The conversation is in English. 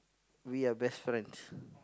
we are best friends